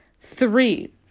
three